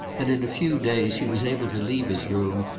and in a few days he was able to leave his room,